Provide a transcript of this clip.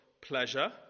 pleasure